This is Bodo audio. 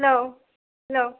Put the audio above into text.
hello hello